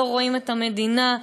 לא רואים את המדינה.